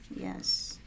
Yes